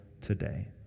today